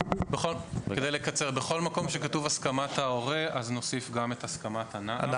כדי לקצר בכל מקום שכתוב הסכמת ההורה נוסיף את הסכמת ההורה